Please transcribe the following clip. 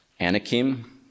Anakim